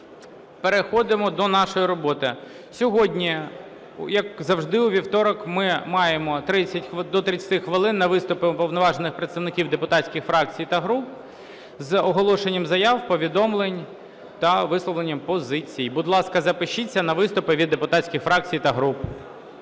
Переходимо до нашої роботи. Сьогодні, як завжди у вівторок, ми маємо до 30 хвилин на виступи уповноважених представників депутатських фракцій та груп з оголошенням заяв, повідомлень та висловленням позицій. Будь ласка, запишіться на виступи від депутатських фракцій та груп.